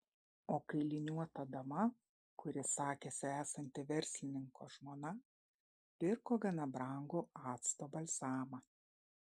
o kailiniuota dama kuri sakėsi esanti verslininko žmona pirko gana brangų acto balzamą